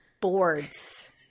Boards